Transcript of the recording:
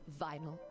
vinyl